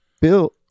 Bill